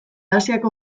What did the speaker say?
asiako